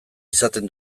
izaten